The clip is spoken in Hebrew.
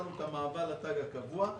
את מעבר לתג הקבוע.